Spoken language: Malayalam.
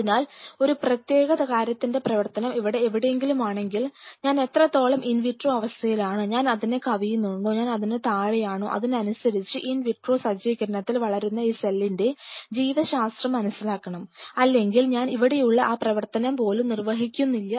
അതിനാൽ ഒരു പ്രത്യേക കാര്യത്തിന്റെ പ്രവർത്തനം ഇവിടെ എവിടെയെങ്കിലും ആണെങ്കിൽ ഞാൻ എത്രത്തോളം ഇൻ വിട്രോ അവസ്ഥയിലാണ് ഞാൻ അതിനെ കവിയുന്നുണ്ടോ ഞാൻ അതിനു താഴെയാണോ അതിനനുസരിച് ഇൻ വിട്രോ സജ്ജീകരണത്തിൽ വളരുന്ന ഈ സെല്ലിന്റെ ജീവശാസ്ത്രം മനസിലാക്കണം അല്ലെങ്കിൽ ഞാൻ ഇവിടെയുള്ള ആ പ്രവർത്തനം പോലും നിർവഹിക്കുന്നില്ല